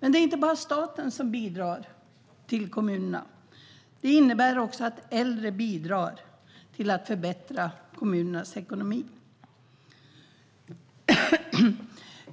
Det är inte bara staten som bidrar till kommunerna, utan också äldre bidrar till att förbättra kommunernas ekonomi.